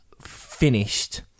finished